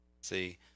See